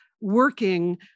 working